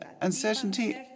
uncertainty